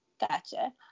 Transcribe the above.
Gotcha